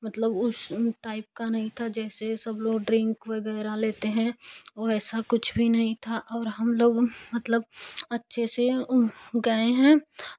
मतलब उस टाइप का नहीं था जैसे सब लोग ड्रिंक वगैरह लेते हैं वैसा कुछ भी नहीं था और हम लोग मतलब अच्छे से गए हैं